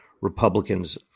Republicans